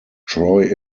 troy